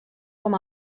com